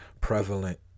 prevalent